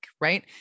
right